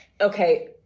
Okay